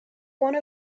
one